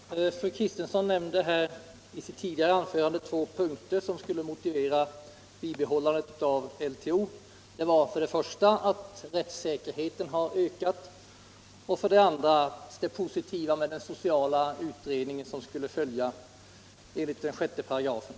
Herr talman! Fru Kristensson nämnde i sitt tidigare anförande två punkter som skulle motivera bibehållandet av LTO: för det första att rättssäkerheten har ökat och för det andra det positiva med den sociala utredning som skulle följa enligt 6 §.